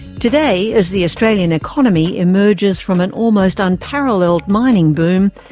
today, as the australian economy emerges from an almost unparalleled mining boom,